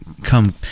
come